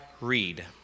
read